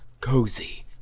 cozy